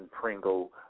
Pringle